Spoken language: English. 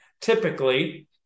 Typically